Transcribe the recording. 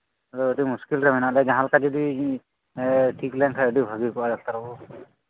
ᱟᱹᱰᱤ ᱢᱩᱥᱠᱤᱞ ᱨᱮ ᱢᱮᱱᱟᱜ ᱠᱟᱜ ᱡᱟᱦᱟᱸ ᱞᱮᱠᱟ ᱡᱚᱫᱤ ᱤᱧ ᱴᱷᱤᱠ ᱞᱮᱱᱠᱷᱟᱱ ᱟᱹᱰᱤ ᱵᱷᱟᱹᱜᱮ ᱠᱚᱜᱼᱟ ᱰᱟᱠᱛᱟᱨ ᱵᱟᱹᱵᱩ